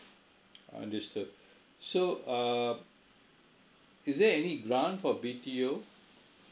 understood so err is there any grant for B_T_O